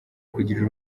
kugira